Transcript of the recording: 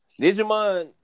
Digimon